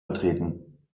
betreten